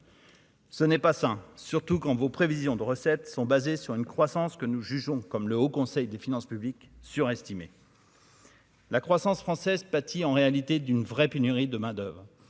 Ce n'est pas sain, surtout quand vos prévisions de recettes sont basées sur une croissance que nous jugeons comme le Haut conseil des finances publiques surestimé. La croissance française pâtit en réalité d'une vraie pénurie de main-d'oeuvre